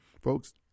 folks